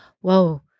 whoa